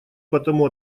потому